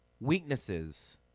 weaknesses